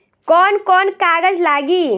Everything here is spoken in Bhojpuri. कौन कौन कागज लागी?